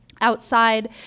Outside